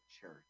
church